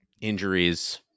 injuries